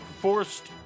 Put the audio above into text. forced